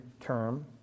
term